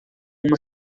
uma